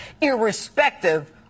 irrespective